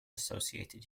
associated